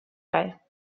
bei